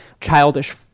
childish